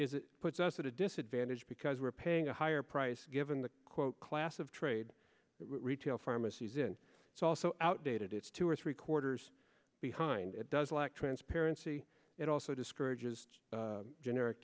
is it puts us at a disadvantage because we're paying a higher price given the quote class of trade retail pharmacies in it's also outdated it's two or three quarters behind it does lack transparency it also discourages generic